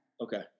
Okay